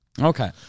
Okay